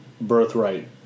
birthright